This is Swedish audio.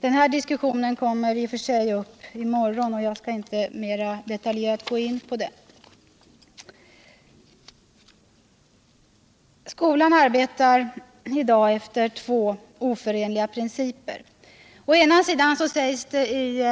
Den här frågan kommer emellertid upp till diskussion i morgon, och jag skall därför inte mera detaljerat gå in på den. Skolan arbetar i dag efter två oförenliga principer. Å ena sidan sägs det i